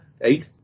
eight